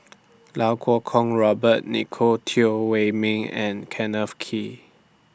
Lau Kuo Kwong Robert Nicolette Teo Wei Min and Kenneth Kee